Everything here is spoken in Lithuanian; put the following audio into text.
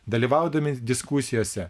dalyvaudami diskusijose